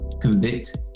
convict